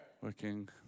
Working